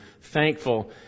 Thankful